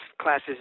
classes